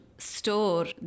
store